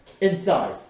inside